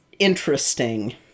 Interesting